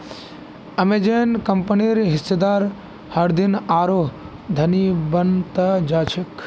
Amazon कंपनीर हिस्सेदार हरदिन आरोह धनी बन त जा छेक